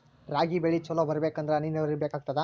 ರಾಗಿ ಬೆಳಿ ಚಲೋ ಬರಬೇಕಂದರ ಹನಿ ನೀರಾವರಿ ಬೇಕಾಗತದ?